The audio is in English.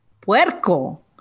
puerco